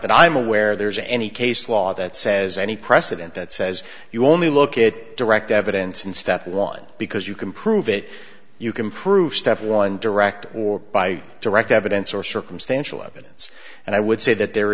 that i'm aware there's any case law that says any precedent that says you only look at it direct evidence in step one because you can prove it you can prove step one direct or by direct evidence or circumstantial evidence and i would say that there